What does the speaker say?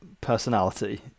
personality